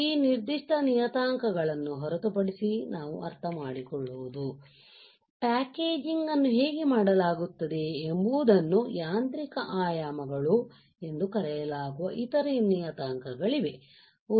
ಆದ್ದರಿಂದ ಈ ನಿರ್ದಿಷ್ಟ ನಿಯತಾಂಕಗಳನ್ನು ಹೊರತುಪಡಿಸಿ ನಾವು ಅರ್ಥಮಾಡಿಕೊಳ್ಳುವುದು ಪ್ಯಾಕೇಜಿಂಗ್ ಅನ್ನು ಹೇಗೆ ಮಾಡಲಾಗುತ್ತದೆ ಎಂಬುದನ್ನು ಯಾಂತ್ರಿಕ ಆಯಾಮಗಳು ಎಂದು ಕರೆಯಲಾಗುವ ಇತರ ನಿಯತಾಂಕಗಳಿವೆ